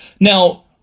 Now